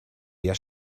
wir